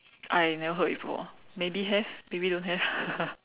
I never heard before maybe have maybe don't have